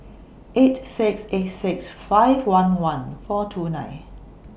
eight six eight six five one one four two nine